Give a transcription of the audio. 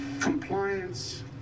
compliance